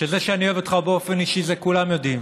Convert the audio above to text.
את זה שאני אוהב אותך באופן אישי כולם יודעים.